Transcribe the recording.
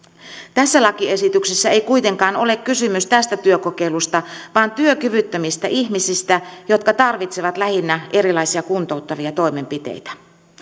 tässä lakiesityksessä ei kuitenkaan ole kysymys tästä työkokeilusta vaan työkyvyttömistä ihmisistä jotka tarvitsevat lähinnä erilaisia kuntouttavia toimenpiteitä